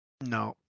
No